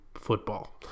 football